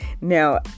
now